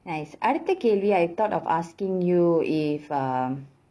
nice அடுத்த கேள்வி:adutha kaelvi I thought of asking you if um